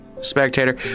Spectator